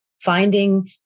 finding